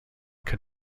could